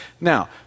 Now